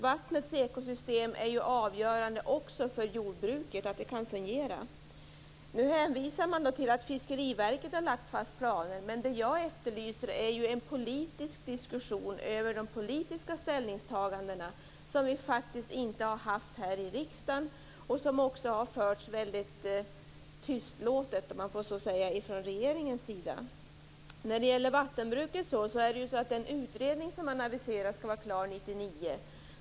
Vattnets ekosystem är ju avgörande också för att jordbruket skall kunna fungera. Nu hänvisar man till att Fiskeriverket har lagt fast planer. Men det jag efterlyser är ju en politisk diskussion om de politiska ställningstagandena, som vi faktiskt inte har haft här i riksdagen och som också har förts mycket tystlåtet, om man så får säga, från regeringens sida. Den utredning om vattenbruket som man aviserar skall vara klar 1999.